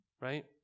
right